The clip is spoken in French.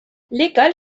l’école